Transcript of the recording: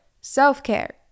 Self-care